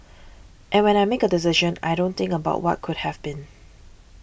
and when I make a decision I don't think about what could have been